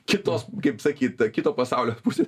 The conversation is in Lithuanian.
kitos kaip sakyt kito pasaulio pusės